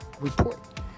report